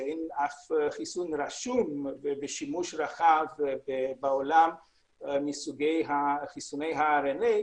שאין אף חיסון רשום בשימוש רחב בעולם בסוג חיסוני הרנ"א,